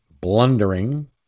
blundering